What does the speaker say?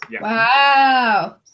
Wow